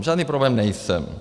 Žádný problém nejsem.